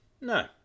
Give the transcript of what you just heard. No